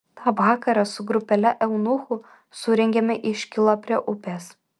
tą vakarą su grupele eunuchų surengėme iškylą prie upės